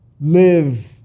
live